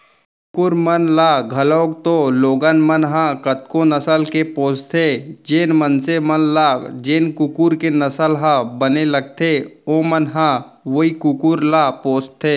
कुकुर मन ल घलौक तो लोगन मन ह कतका नसल के पोसथें, जेन मनसे मन ल जेन कुकुर के नसल ह बने लगथे ओमन ह वोई कुकुर ल पोसथें